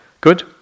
Good